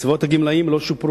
על-פי החוק,